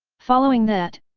following that,